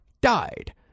died